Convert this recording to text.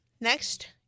Next